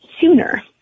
sooner